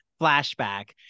flashback